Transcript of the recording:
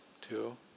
two